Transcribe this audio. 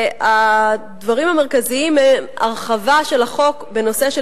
הדברים המרכזיים הם הרחבה של החוק בנושא של